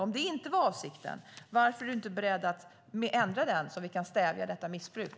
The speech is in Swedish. Om det inte var avsikten, varför är ministern då inte beredd att ändra lagstiftningen så att vi kan stävja detta missbruk?